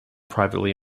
privately